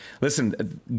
Listen